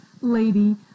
Lady